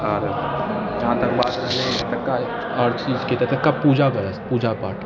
आओर जहाँ तक बात रहलै एतुका अथी पूजाके पूजा पाठ